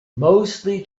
mostly